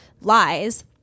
lies